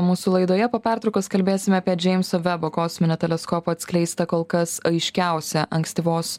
mūsų laidoje po pertraukos kalbėsime apie džeimso vebo kosminio teleskopo atskleistą kol kas aiškiausią ankstyvos